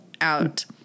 out